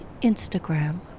Instagram